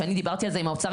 כשאני דיברתי על זה עם האוצר,